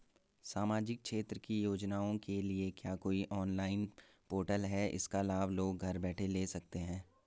सामाजिक क्षेत्र की योजनाओं के लिए क्या कोई ऑनलाइन पोर्टल है इसका लाभ लोग घर बैठे ले सकते हैं?